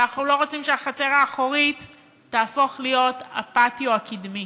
ואנחנו לא רוצים שהחצר האחורית תהפוך להיות הפטיו הקדמי.